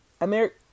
America